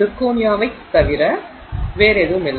சிர்கோனியாவைத் தவிர வேறில்லை